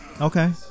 okay